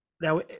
Now